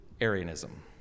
Arianism